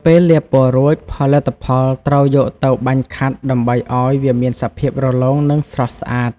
ពេលលាបពណ៌រួច ផលិតផលត្រូវយកទៅ បាញ់ខាត់ ដើម្បីឱ្យវាមានសភាពរលោង និងស្រស់ស្អាត។